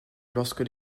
lorsque